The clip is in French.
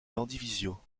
landivisiau